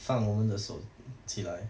放我们的手起来